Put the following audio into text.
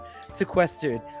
sequestered